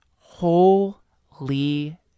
holy